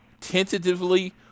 tentatively